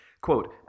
quote